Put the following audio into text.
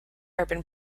urban